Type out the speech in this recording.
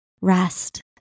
rest